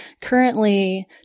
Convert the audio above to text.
currently